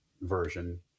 version